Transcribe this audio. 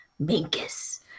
Minkus